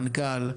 מנכ"ל?